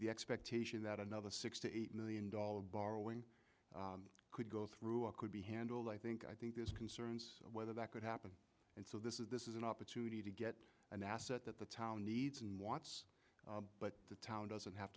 the expectation that another six to eight million dollars borrowing could go through a could be handled i think i think there's concerns whether that could happen and so this is this is an opportunity to get an asset that the town needs and wants but the town doesn't have